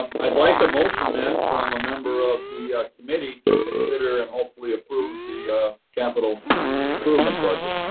um i'd like a motion then, from a member of the committee to consider and hopefully approve the capital improvement budget.